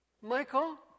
Michael